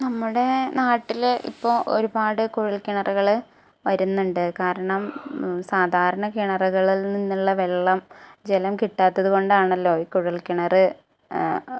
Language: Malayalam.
നമ്മുടെ നാട്ടിൽ ഇപ്പോൾ ഒരുപാട് കുഴൽ കിണറുകൾ വരുന്നുണ്ട് കാരണം സാധാരണ കിണറുകളിൽ നിന്നുള്ള വെള്ളം ജലം കിട്ടാത്തത് കൊണ്ടാണല്ലോ ഈ കുഴൽ കിണർ